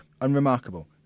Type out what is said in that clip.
Unremarkable